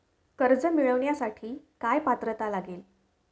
कर्ज मिळवण्यासाठी काय पात्रता लागेल?